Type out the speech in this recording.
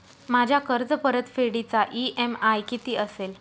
माझ्या कर्जपरतफेडीचा इ.एम.आय किती असेल?